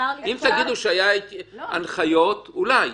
אם תגידו שהיו הנחיות, אולי.